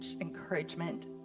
encouragement